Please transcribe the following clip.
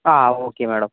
ആ okay madam